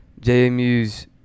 JMU's